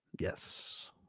Yes